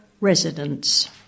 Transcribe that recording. residents